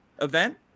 event